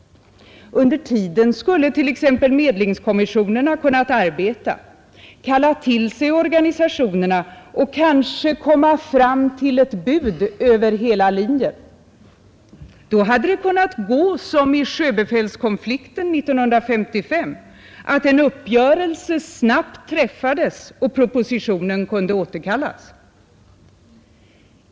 Under tiden skulle t.ex. medlingskommissionen kunna arbeta, kalla till sig organisationerna och kanske komma fram med ett bud över hela linjen. Då hade det kunnat gå som i sjöbefälskonflikten 1955 att en uppgörelse snabbt träffades och propositionen kunde återkallas.